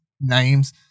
names